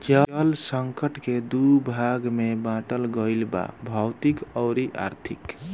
जल संकट के दू भाग में बाटल गईल बा भौतिक अउरी आर्थिक